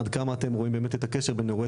עד כמה אתם רואים באמת את הקשר בין אירועי